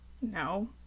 No